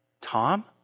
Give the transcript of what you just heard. Tom